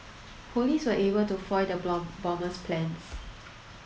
police were able to foil the bomber's plans